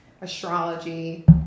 astrology